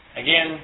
Again